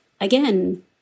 Again